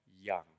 young